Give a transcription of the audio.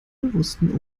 bewussteren